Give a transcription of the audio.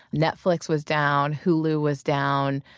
netflix was down, hulu was down.